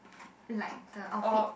like the outfit